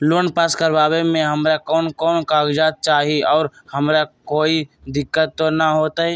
Loan pass करवावे में हमरा कौन कौन कागजात चाही और हमरा कोई दिक्कत त ना होतई?